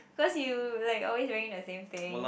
first you like always wearing the same thing